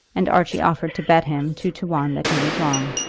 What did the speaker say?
and archie offered to bet him two to one that he was wrong.